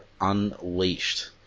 Unleashed